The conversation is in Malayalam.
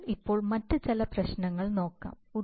അതിനാൽ ഇപ്പോൾ മറ്റ് ചില പ്രശ്നങ്ങൾ നോക്കാം